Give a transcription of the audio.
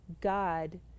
God